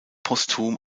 postum